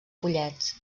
pollets